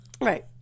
Right